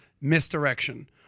misdirection